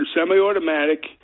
semi-automatic